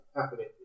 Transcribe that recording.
happening